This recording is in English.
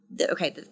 okay